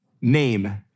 Name